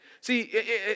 See